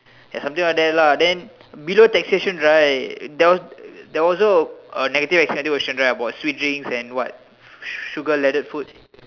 ya something like that lah then below taxation right there was there was also a negative extended right about sweet drinks and what sugar loaded food